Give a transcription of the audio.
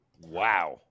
Wow